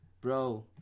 Bro